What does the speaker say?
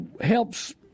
helps